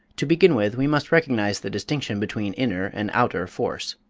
to begin with, we must recognize the distinction between inner and outer force.